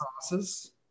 sauces